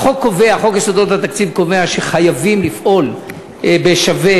חוק יסודות התקציב קובע שחייבים לפעול בשווה,